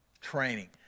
Training